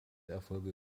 erfolge